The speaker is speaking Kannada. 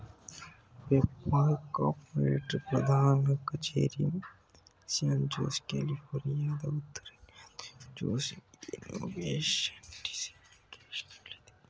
ಪೇಪಾಲ್ ಕಾರ್ಪೋರೇಟ್ ಪ್ರಧಾನ ಕಚೇರಿ ಸ್ಯಾನ್ ಜೋಸ್, ಕ್ಯಾಲಿಫೋರ್ನಿಯಾದ ಉತ್ತರ ಸ್ಯಾನ್ ಜೋಸ್ ಇನ್ನೋವೇಶನ್ ಡಿಸ್ಟ್ರಿಕ್ಟನಲ್ಲಿದೆ